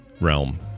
realm